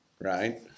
right